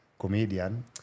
comedian